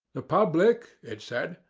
the public, it said,